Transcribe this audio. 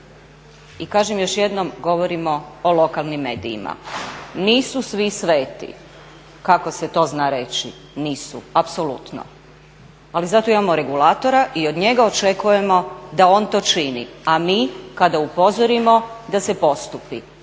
I kažem još jednom govorimo o lokalnim medijima. Nisu svi sveti kako se to zna reći, nisu apsolutno. Ali zato imamo regulatora i od njega očekujemo da on to čini, a mi kada upozorimo da se postupi.